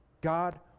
God